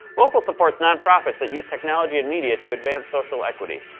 voqal supports non-profits that use technology and media to advance social equity.